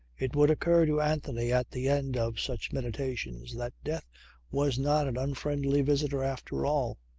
it would occur to anthony at the end of such meditations that death was not an unfriendly visitor after all.